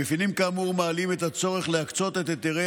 המאפיינים כאמור מעלים את הצורך להקצות את היתרי